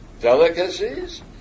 delicacies